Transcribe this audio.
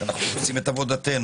אנחנו עושים את עבודתנו.